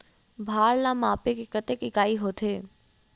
भार ला मापे के कतेक इकाई होथे?